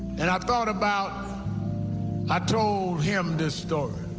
and i thought about i told him this story.